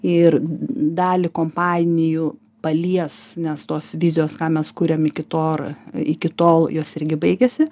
ir dalį kompanijų palies nes tos vizijos ką mes kuriam iki to ar iki tol jos irgi baigiasi